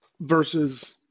Versus